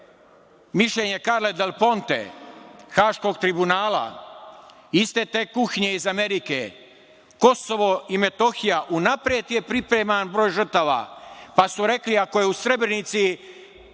mišljenje Karle del Ponte, Haškog tribunala, iste te kuhinje iz Amerike, Kosovo i Metohija unapred je pripremljen broj žrtava, pa su rekli ako je u Srebrenici